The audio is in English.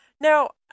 Now